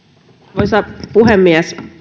arvoisa puhemies